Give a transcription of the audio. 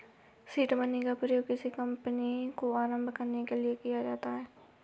seed money का प्रयोग किसी कंपनी को आरंभ करने के लिए किया जाता है